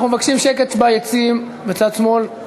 אנחנו מבקשים שקט ביציעים, בצד שמאל.